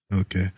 Okay